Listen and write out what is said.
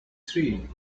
three